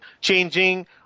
changing